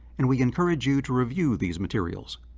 and we encourage you to review these materials.